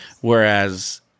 Whereas